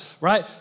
right